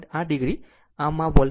આમ 42